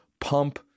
pump